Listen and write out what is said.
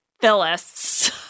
Phyllis